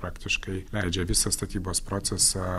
praktiškai leidžia visą statybos procesą